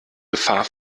gefahr